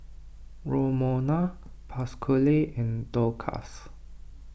Romona Pasquale and Dorcas